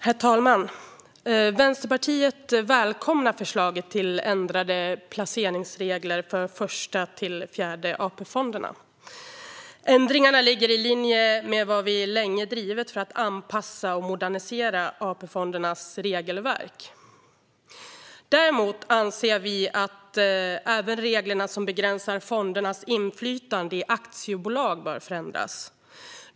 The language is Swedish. Herr talman! Vänsterpartiet välkomnar förslagen till ändrade placeringsregler för Första-Fjärde AP-fonderna. Ändringarna ligger i linje med vad vi länge har drivit för att anpassa och modernisera AP-fondernas regelverk. Däremot anser vi att även reglerna som begränsar fondernas inflytande i aktiebolag bör förändras.